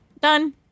Done